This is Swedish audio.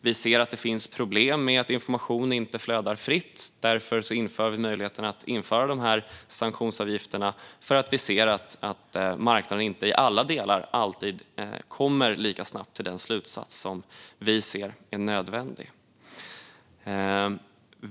Vi ser att det finns problem med att information inte flödar fritt. Därför inför vi möjligheten till sanktionsavgifter för att vi ser att marknaden inte i alla delar alltid kommer lika snabbt till den slutsats som vi ser är nödvändig.